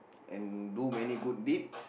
and do many good deeds